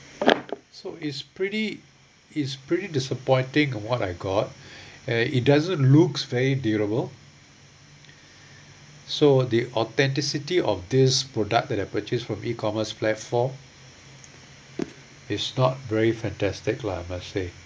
so it's pretty it's pretty disappointing what I got eh it doesn't looks very durable so the authenticity of this product that I purchased from e-commerce platform is not very fantastic lah I must say